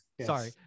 Sorry